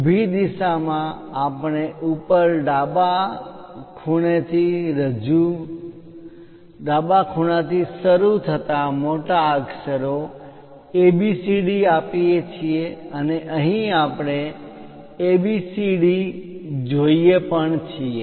ઊભી દિશામાં આપણે ઉપર ડાબા ખૂણાથી શરૂ થતા મોટા અક્ષરો A B C D આપીએ છીએ અને અહીં આપણે A B C અને D જોઈએ પણ છીએ